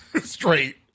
Straight